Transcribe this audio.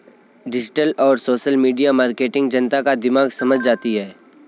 digital और social media marketing जनता का दिमाग समझ जाती है